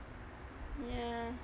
ya